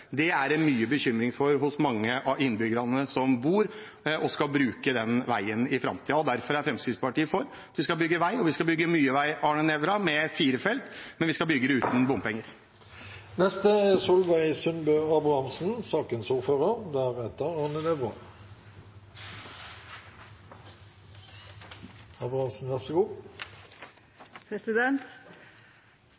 det er mye bekymring hos mange av innbyggerne som bor der og skal bruke den veien i framtiden. Derfor er Fremskrittspartiet for at vi skal bygge vei, og vi skal bygge mye vei – Arne Nævra – med fire felt, men vi skal bygge det uten bompenger.